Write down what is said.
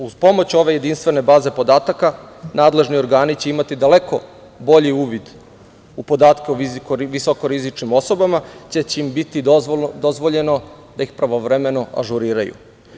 Uz pomoć ove jedinstvene baze podataka nadležni organi će imati daleko bolji uvid u podatke o visoko rizičnim osobama, te će im biti dozvoljeno da ih pravovremeno ažuriraju.